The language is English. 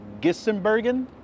Gissenbergen